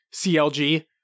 CLG